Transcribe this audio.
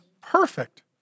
perfect